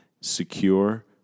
Secure